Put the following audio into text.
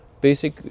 basic